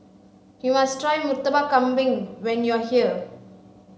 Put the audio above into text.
you must try murtabak kambing when you are here